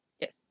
Yes